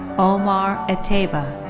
omar eteiba.